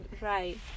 Right